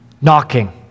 knocking